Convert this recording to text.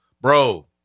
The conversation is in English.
Bro